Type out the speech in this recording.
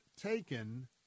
Taken